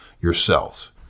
yourselves